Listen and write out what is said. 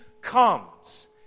comes